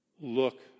look